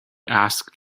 asked